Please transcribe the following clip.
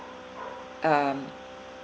um